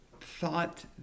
thought